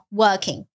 working